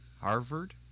Harvard